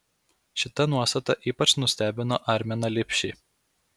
šita nuostata ypač nustebino arminą lipšį